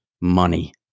money